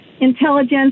intelligence